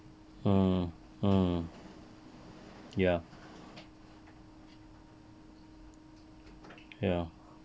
mm mm ya ya